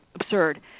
absurd